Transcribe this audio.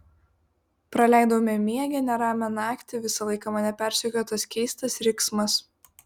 praleidau bemiegę neramią naktį visą laiką mane persekiojo tas keistas riksmas